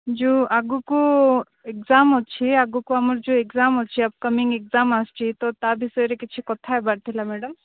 ଯେଉଁ ଆଗକୁ ଏକ୍ଜାମ୍ ଅଛି ଆଗକୁ ଆମର ଯେଉଁ ଏକ୍ଜାମ୍ ଅଛି ଅପକମିଙ୍ଗ୍ ଏକ୍ଜାମ୍ ଆସୁଛି ତ ତା ବିଷୟରେ କିଛି କଥା ହେବାର ଥିଲା ମ୍ୟାଡ଼ାମ୍